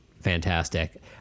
fantastic